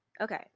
Okay